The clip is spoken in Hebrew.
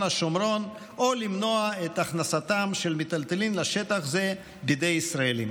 השומרון או למנוע את הכנסתם של מיטלטלין לשטח זה בידי ישראלים.